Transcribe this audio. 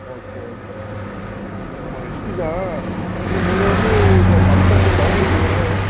okay okay ஆமாம் HD தான் இல்லை நீங்கள் வந்து இப்போது ஃபங்க்ஷன் வந்து டைமிங் சொல்லுங்கள்